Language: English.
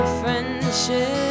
friendship